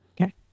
Okay